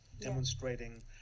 demonstrating